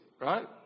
right